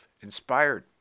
inspired